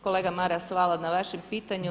Kolega Maras, hvala na vašem pitanju.